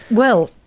well,